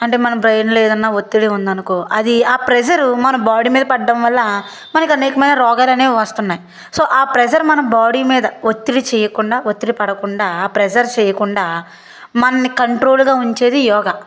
అంటే మనం బ్రెయిన్లో ఏదన్న ఒత్తిడి ఉందనుకో అది ఆ ప్రెజరు మన బాడీ మీద పడ్డం వల్ల మనకి అనేకమైన రోగాలు అనేవి వస్తున్నాయి సో ఆ ప్రెజర్ మన బాడీ మీద ఒత్తిడి చేయకుండా ఒత్తిడి పడకుండా ప్రెజర్ చేయకుండా మనల్ని కంట్రోల్గా ఉంచేది యోగ